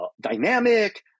dynamic